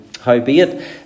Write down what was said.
Howbeit